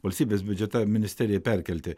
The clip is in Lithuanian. valstybės biudžetą ministeriją perkelti